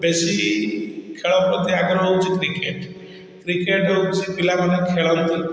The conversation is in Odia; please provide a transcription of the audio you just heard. ବେଶୀ ଖେଳ ପ୍ରତି ଆଗ୍ରହ ହେଉଛି କ୍ରିକେଟ୍ କ୍ରିକେଟ୍ ହେଉଛି ପିଲାମାନେ ଖେଳନ୍ତି